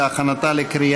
נתקבלה.